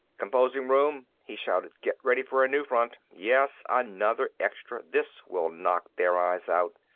composing room, he shouted, get ready for a new front! yes, another extra. this will knock their eyes out!